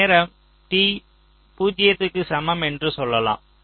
நேரம் t 0 க்கு சமம் என்று சொல்லலாம்